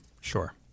sure